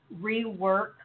rework